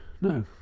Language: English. No